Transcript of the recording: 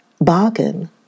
bargain